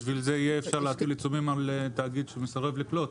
בשביל זה יהיה אפשר להטיל עיצומים על תאגיד שמסרב לקלוט